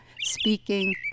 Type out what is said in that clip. speaking